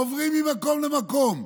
עוברים ממקום למקום,